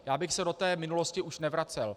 Já bych se do té minulosti už nevracel.